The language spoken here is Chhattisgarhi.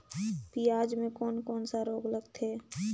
पियाज मे कोन कोन सा रोग लगथे?